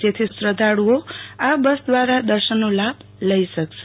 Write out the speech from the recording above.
જેથી શ્રધ્ધાળુઓ આ બસ દ્રારા દર્શનનો લાભ લઈ શકશે